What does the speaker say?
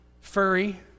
Furry